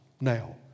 Now